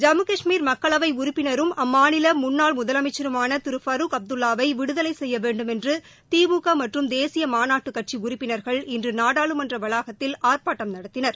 ஜம்மு கஷ்மீர் மக்களவை உறுப்பினரும் அம்மாநில முன்னாள் முதலமைச்சருமான திரு ஃபரூக் அப்துல்லாவை விடுதலை செய்ய வேண்டுமென்று திமுக மற்றும் தேசிய மாநாட்டுக் கட்சி உறுப்பினாகள் இன்று நாடாளுமன்ற வளாகத்தில் ஆர்ப்பாட்டம் நடத்தினர்